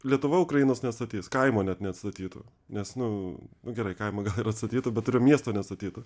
lietuva ukrainos neatstatys kaimo net neatstatytų nes nu nu gerai kaimą gal ir atstatytų bet ir miesto neatstatytų